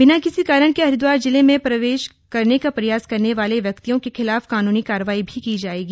बिना किसी कारण के हरिद्वार जिले में प्रवेश करने का प्रयास करने वाले व्यक्तियों के खिलाफ कानूनी कार्रवाई भी की जाएगी